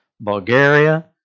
Bulgaria